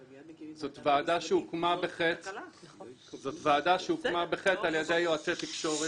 זו ועדה שהוקמה בחטא על ידי יועצי תקשורת